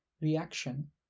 reaction